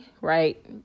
right